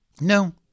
No